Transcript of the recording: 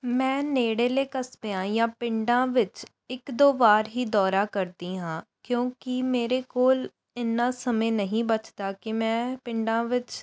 ਮੈਂ ਨੇੜੇਲੇ ਕਸਬਿਆਂ ਜਾਂ ਪਿੰਡਾਂ ਵਿੱਚ ਇੱਕ ਦੋ ਵਾਰ ਹੀ ਦੌਰਾ ਕਰਦੀ ਹਾਂ ਕਿਉਂਕਿ ਮੇਰੇ ਕੋਲ ਇੰਨਾਂ ਸਮੇਂ ਨਹੀਂ ਬਚਦਾ ਕਿ ਮੈਂ ਪਿੰਡਾਂ ਵਿੱਚ